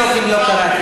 אני אבדוק אם לא קראתי.